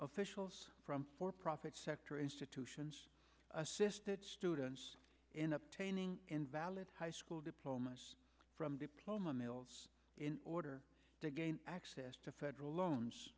of from for profit sector institutions assisted students in obtaining invalid high school diploma from diploma mills in order to gain access to federal loans